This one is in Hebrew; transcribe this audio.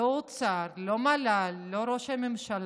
לא האוצר, לא מל"ל, לא ראש הממשלה.